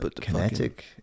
Kinetic